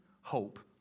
hope